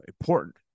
important